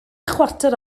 chwarter